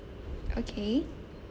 okay